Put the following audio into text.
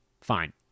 Fine